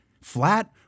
Flat